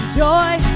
joy